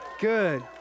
Good